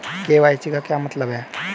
KYC का क्या मतलब होता है?